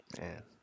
Man